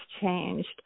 changed